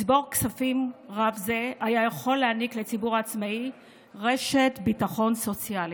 מצבור כספים רב זה היה יכול להעניק לציבור העצמאים רשת ביטחון סוציאלית.